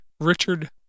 Richard